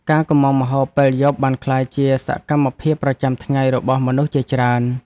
ការកុម្ម៉ង់ម្ហូបពេលយប់ បានក្លាយជាសកម្មភាពប្រចាំថ្ងៃរបស់មនុស្សជាច្រើន។